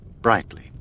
brightly